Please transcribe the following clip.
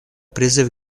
призыв